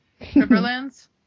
Riverlands